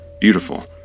beautiful